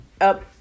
up